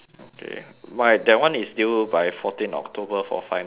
my that one is due by fourteen october for final submission